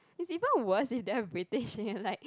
it's even worse if they are British and you're like